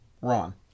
Ron